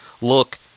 look